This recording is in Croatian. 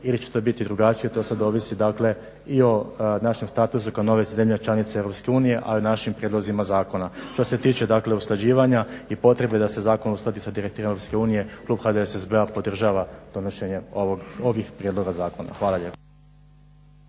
ili će to biti drugačije. To sada ovisi i o našem statusu kao nove zemlje članice EU, a i našim prijedlozima zakona. Što se tiče dakle usklađivanja i potrebe da se zakon uskladi sa direktivom EU klub HDSSB-a podržava donošenje ovih prijedloga zakona. Hvala lijepa.